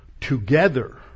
together